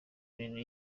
nini